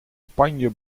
spanje